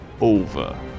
over